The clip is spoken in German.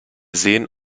sehen